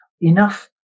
enough